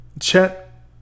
Chet